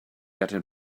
getting